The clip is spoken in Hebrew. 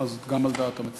אז זה גם על דעת המציע.